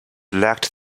lacked